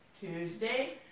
Tuesday